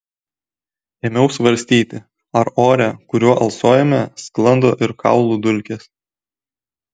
ėmiau svarstyti ar ore kuriuo alsuojame sklando ir kaulų dulkės